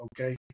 Okay